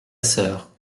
sœur